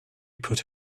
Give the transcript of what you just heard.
put